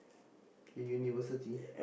you university